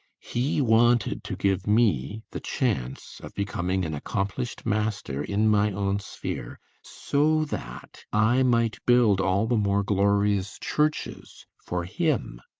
he wanted to give me the chance of becoming an accomplished master in my own sphere so that i might build all the more glorious churches for him.